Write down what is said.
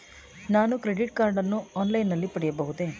ನಾನು credit card ಅನ್ನು online ನಲ್ಲಿ ಪಡೆಯಬಹುದೇ?